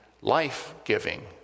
life-giving